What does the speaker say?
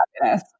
happiness